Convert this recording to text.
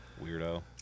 Weirdo